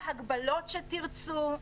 בהגבלות שתרצו,